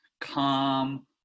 calm